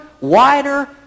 wider